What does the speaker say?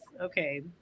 okay